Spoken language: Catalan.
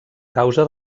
causa